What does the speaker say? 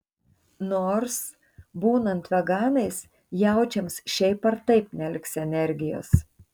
nors būnant veganais jaučiams šiaip ar taip neliks energijos